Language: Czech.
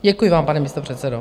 Děkuji vám, pane místopředsedo.